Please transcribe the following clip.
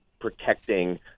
protecting